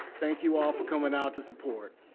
thank you all for coming out to support.